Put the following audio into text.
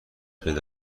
پیدا